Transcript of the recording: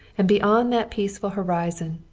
and beyond that peaceful horizon,